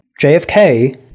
JFK